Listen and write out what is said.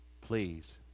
Please